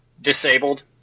disabled